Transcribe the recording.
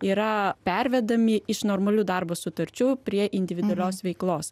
yra pervedami iš normalių darbo sutarčių prie individualios veiklos